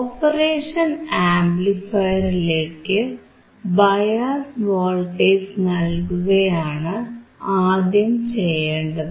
operation ആംപ്ലിഫയറിലേക്ക് bias voltage നൽകുകയാണ് ആദ്യം ചെയ്യേണ്ടത്